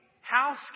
house